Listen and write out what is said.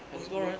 must go